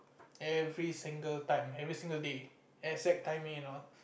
every single time every single day exact timing and all